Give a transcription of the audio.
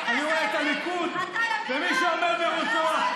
אני רואה את הליכוד ומי שעומד בראשו,